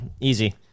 Easy